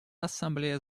ассамблея